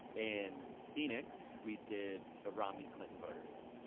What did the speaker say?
and phoenix, we did the romney-clinton voters.